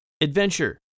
adventure